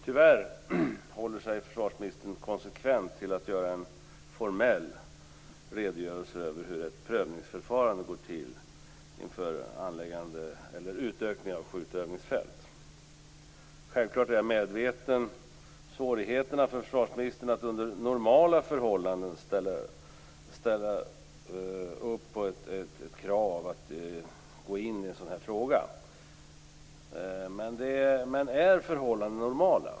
Tyvärr håller sig försvarsministern konsekvent till att göra en formell redogörelse för hur ett prövningsförfarande går till inför anläggande av eller utökning av skjutövningsfält. Självklart är jag medveten om svårigheterna för försvarsministern att under normala förhållanden ställa upp på ett krav att gå in i en sådan här fråga. Men är förhållandena normala?